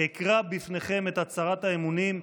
אקרא בפניכם את הצהרת האמונים,